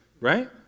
right